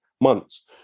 months